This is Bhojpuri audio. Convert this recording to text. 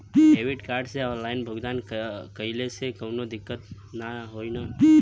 डेबिट कार्ड से ऑनलाइन भुगतान कइले से काउनो दिक्कत ना होई न?